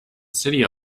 city